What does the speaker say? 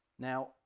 Now